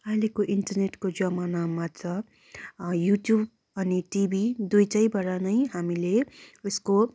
अहिलेको इन्टरनेटको जमानामा त युट्युब अनि टिभी दुइटैबाट नै हामीले यसको